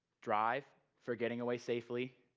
drive for getting away safely,